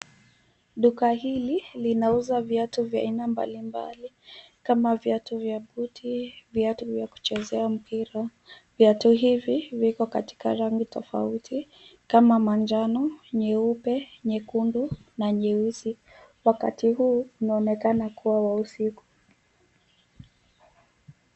Duka hili linauza viatu vya aina mbali mbali kama viatu vya buti, viatu vya kuchezea mpira, viatu hivi viko katika rangi tafauti kama manjano nyeupe, nyekundu, na nyeusi. Wakati huu unaonekana kuwa wa usiku.